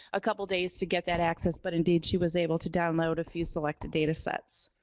a couple days to get that access but indeed she was able to download a few selected datasets.